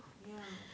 ya